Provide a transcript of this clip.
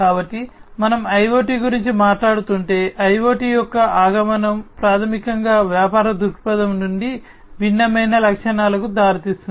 కాబట్టి మనము IoT గురించి మాట్లాడుతుంటే IoT యొక్క ఆగమనం లక్షణాలకు దారితీసింది